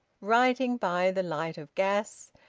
writing by the light of gas,